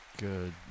Good